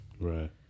Right